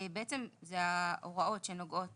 אלה ההוראות שנוגעות